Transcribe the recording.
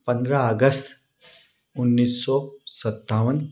पंद्रह अगस्त उन्नीस सौ सत्तावन